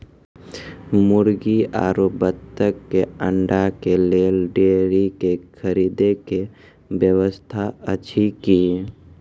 मुर्गी आरु बत्तक के अंडा के लेल डेयरी के खरीदे के व्यवस्था अछि कि?